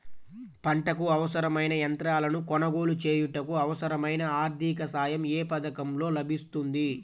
పంటకు అవసరమైన యంత్రాలను కొనగోలు చేయుటకు, అవసరమైన ఆర్థిక సాయం యే పథకంలో లభిస్తుంది?